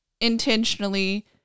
intentionally